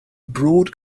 broad